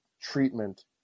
treatment